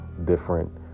different